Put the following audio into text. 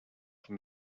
from